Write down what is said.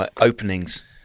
openings